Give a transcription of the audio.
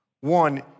One